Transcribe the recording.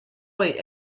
weight